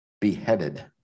beheaded